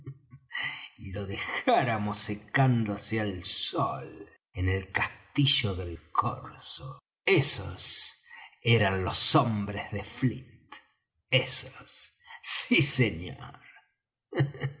y lo dejáramos secándose al sol en el castillo del corso esos eran los hombres de flint esos sí señor